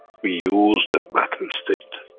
we use the matter-state